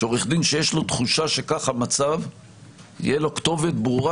שעורך דין שיש לו תחושה שזהו המצב תהיה לו כתובת ברורה